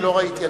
לא ראיתי.